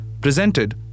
Presented